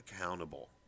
accountable